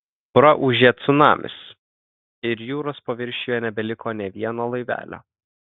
praūžė cunamis ir jūros paviršiuje nebeliko nė vieno laivelio